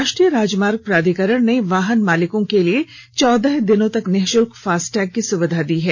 राष्ट्रीय राजमार्ग प्राधिकरण ने वाहन मालिकों के लिए चौदह दिनों तक निःशुल्क फास्टैग की सुविधा दी है